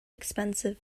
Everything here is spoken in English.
expensive